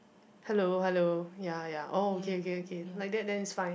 hello hello ya ya oh okay okay okay like that then it's fine